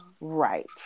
Right